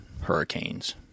hurricanes